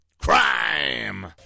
crime